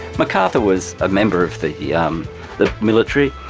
macarthur was a member of the um the military.